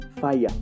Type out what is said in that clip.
Fire